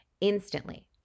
Instantly